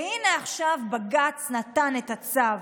והינה, עכשיו בג"ץ נתן את הצו.